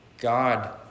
God